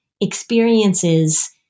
experiences